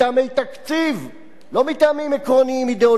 לא מטעמים עקרוניים אידיאולוגיים ציוניים של המדינה,